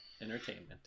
Entertainment